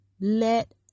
let